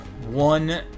one